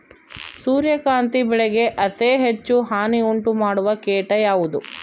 ಸೂರ್ಯಕಾಂತಿ ಬೆಳೆಗೆ ಅತೇ ಹೆಚ್ಚು ಹಾನಿ ಉಂಟು ಮಾಡುವ ಕೇಟ ಯಾವುದು?